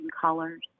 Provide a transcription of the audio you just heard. colors